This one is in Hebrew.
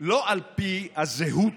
לא על פי הזהות,